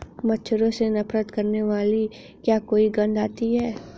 मच्छरों से नफरत करने वाली क्या कोई गंध आती है?